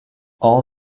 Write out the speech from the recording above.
all